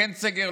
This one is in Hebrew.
כן סגר,